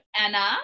Anna